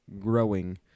growing